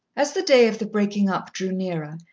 as the day of the breaking-up drew nearer,